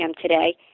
today